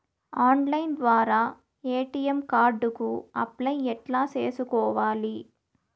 Online ద్వారా ATM card కు apply ఎట్లా సేసుకోవాలి?